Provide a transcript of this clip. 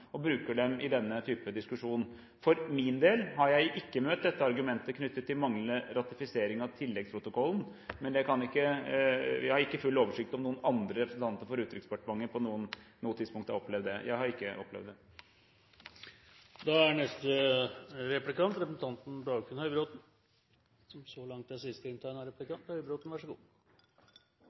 og bruker dem i denne type diskusjon. For min del har jeg ikke møtt dette argumentet knyttet til manglende ratifisering av tilleggsprotokollen, men jeg har ikke full oversikt over om noen andre representanter for Utenriksdepartementet på noe tidspunkt har opplevd det. Jeg har ikke opplevd det. Utenriksministeren ga uttrykk for utålmodighet i saken, og det er et tegn på at han har tatt inn over seg den utålmodighet som